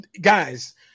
Guys